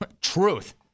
Truth